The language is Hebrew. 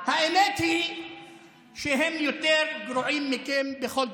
האמת היא שהם יותר גרועים מכם בכל דבר,